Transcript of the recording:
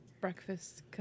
breakfast